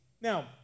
Now